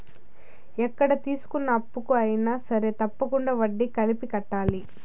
ఎక్కడ తీసుకున్న అప్పుకు అయినా సరే తప్పకుండా వడ్డీ కలిపి కట్టాలి